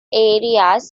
areas